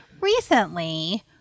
recently